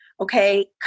Okay